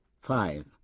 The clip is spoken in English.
five